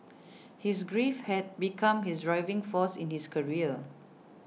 his grief had become his driving force in his career